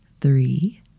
three